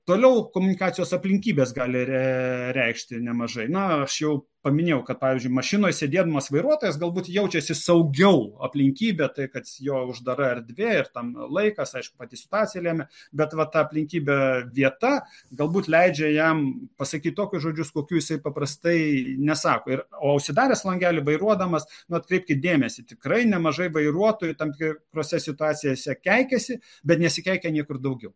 toliau komunikacijos aplinkybės gali re reikšti nemažai na aš jau paminėjau kad pavyzdžiui mašinoj sėdėdamas vairuotojas galbūt jaučiasi saugiau aplinkybė tai kad jo uždara erdvė ir ten laikas aišku pati situacija lėmė bet va tą aplinkybę vieta galbūt leidžia jam pasakyt tokius žodžius kokių jisai paprastai nesako ir o užsidaręs langelį vairuodamas atkreipkit dėmesį tikrai nemažai vairuotojų tam tikrose situacijose keikiasi bet nesikeikia niekur daugiau